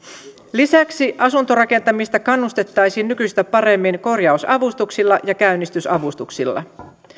lisäksi asuntorakentamista kannustettaisiin nykyistä paremmin korjausavustuksilla ja käynnistysavustuksilla